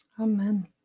Amen